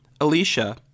Alicia